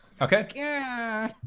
Okay